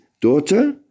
daughter